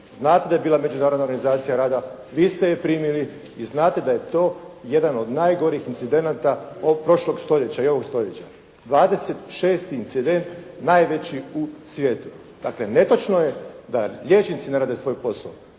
Znate da je bila Međunarodna organizacija rada, vi ste je primili i znate da je to jedan od najgorih incidenata od prošlog stoljeća i ovog stoljeća. 26-ti incident najveći u svijetu. Dakle, netočno je da liječnici ne rade svoj posao,